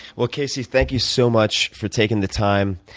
well, casey, thank you so much for taking the time.